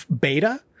beta